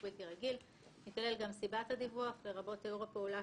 כולל סעיף 8. בעקבות הדיון בוועדה,